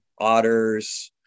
otters